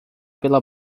pela